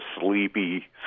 sleepy